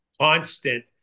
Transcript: constant